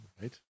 Right